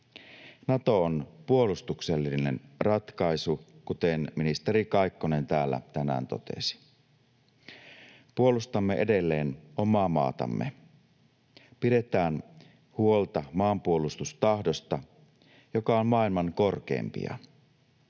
Nato on puolustuksellinen ratkaisu, kuten ministeri Kaikkonen täällä tänään totesi. Puolustamme edelleen omaa maatamme. Pidetään huolta maanpuolustustahdosta, joka on maailman korkeimpia.